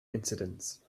incidents